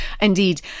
Indeed